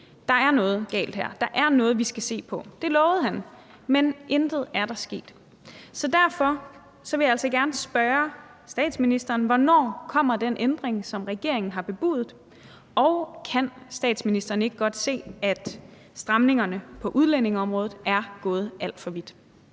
Der er noget galt her, der er noget, vi skal se på. Det lovede han, men intet er der sket. Så derfor vil jeg altså gerne spørge statsministeren: Hvornår kommer den ændring, som regeringen har bebudet? Og kan statsministeren ikke godt se, at stramningerne på udlændingeområdet er gået alt for vidt?